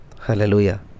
Hallelujah